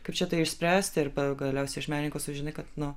kaip čia tai išspręsti ir galiausiai iš menininko sužinai kad nu